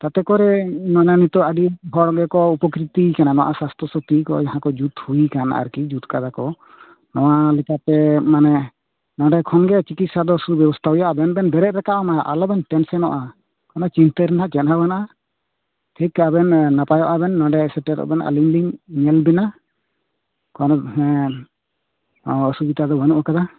ᱛᱟᱛᱮ ᱠᱚᱨᱮ ᱢᱟᱱᱮ ᱱᱤᱛᱟᱹᱜ ᱟᱹᱰᱤ ᱦᱚᱲ ᱞᱮᱠᱚ ᱩᱯᱠᱨᱤᱛᱤ ᱠᱟᱱᱟ ᱱᱚᱣᱟ ᱥᱟᱥᱛᱷ ᱥᱟᱛᱷᱤ ᱠᱚᱭ ᱤᱦᱟᱠᱚ ᱡᱩᱛ ᱦᱩᱭ ᱠᱟᱱ ᱟᱨᱠᱤ ᱡᱩᱛᱠᱟᱨᱟ ᱠᱚ ᱱᱚᱣᱟ ᱞᱮᱠᱟᱛᱮ ᱢᱟᱱᱮ ᱱᱚᱰᱮ ᱠᱷᱚᱱᱜᱮ ᱪᱤᱠᱤᱛᱥᱟ ᱫᱚ ᱥᱩᱵᱮᱵᱚᱥᱛᱷᱟ ᱨᱮᱭᱟ ᱵᱟᱱ ᱵᱟᱱ ᱵᱮᱨᱮᱫ ᱞᱮᱠᱟ ᱚᱱᱟ ᱟᱞᱚᱵᱮᱱ ᱴᱮᱱᱥᱚᱱᱚᱜᱼᱟ ᱚᱱᱟ ᱪᱤᱱᱛᱟᱹ ᱨᱮᱱᱟᱜ ᱡᱟᱱᱦᱟᱣᱟᱱᱟ ᱴᱷᱮᱠᱟᱵᱮᱱ ᱱᱟᱯᱟᱭᱟᱵᱮᱱ ᱱᱚᱰᱮ ᱥᱮᱴᱮᱨᱚ ᱵᱮᱱ ᱟᱞᱤᱝᱞᱤᱝ ᱧᱮᱞᱵᱮᱱᱟ ᱠᱟᱨᱚᱱ ᱦᱮᱸ ᱚᱥᱩᱵᱤᱫᱟ ᱫᱚ ᱵᱟᱹᱱᱩᱜ ᱟᱠᱟᱫᱟ